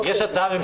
יש הצעה ממשלתית.